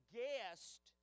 guest